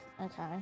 Okay